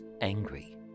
angry